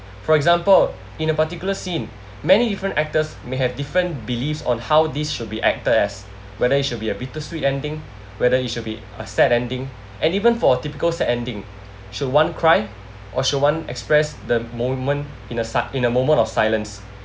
for example in a particular scene many different actors may have different beliefs on how these should be acted as whether it should be a bittersweet ending whether it should be a sad ending and even for a typical sad ending should one cry or should one express the moment in a sil~ in a moment of silence